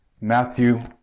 Matthew